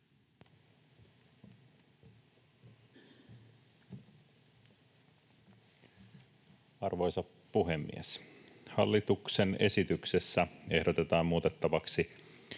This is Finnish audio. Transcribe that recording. Arvoisa puhemies! Hallituksen esityksessä ehdotetaan muutettavaksi